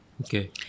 Okay